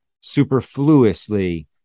superfluously